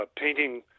painting